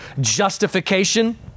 justification